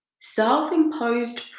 self-imposed